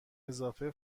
اضافه